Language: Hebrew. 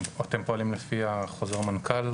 אתם פועלים לפי החוזר מנכ"ל?